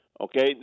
Okay